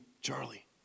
Charlie